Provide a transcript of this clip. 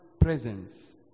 presence